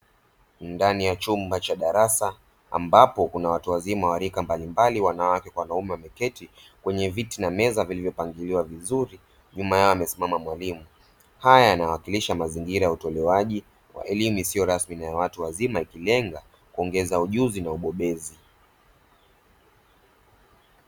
Ndani ya darasa ambapo kuna watu wazima wa rika mbalimbali wanawake kwa wanaume wameketi kwenye viti na meza vilivyopangiwa vizuri nyuma yao amesimama mwalimu ,haya yanawakilisha mazingira ya utoleaji wa elimu isiyo rasmi na watu wazima ikilenga kuongeza ujuzi na ubobezi.